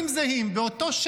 מי יכול לשמוע אותו?